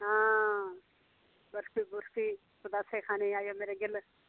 आं बर्फी पतासे खानै गी आयो मेरे गिल